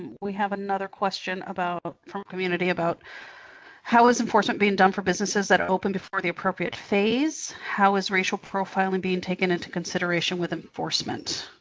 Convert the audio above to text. we have another question from community about how is enforcement being done for businesses that open before the appropriate phase? how is racial profiling being taken into consideration with enforcement?